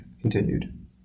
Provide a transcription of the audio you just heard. continued